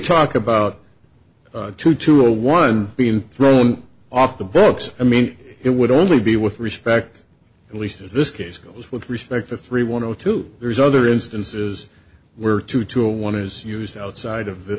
talk about two to a one being thrown off the books i mean it would only be with respect at least as this case goes with respect to three one zero two there's other instances where two to one is used outside of the